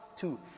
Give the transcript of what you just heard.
two